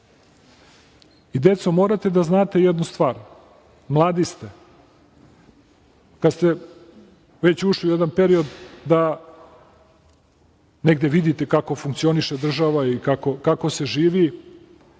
želite. Deco, morate da znate jednu stvar, mladi ste, sad ste već ušli u jedan period da negde vidite kako funkcioniše država i kako se živi,